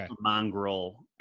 mongrel